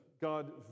God